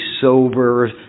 sober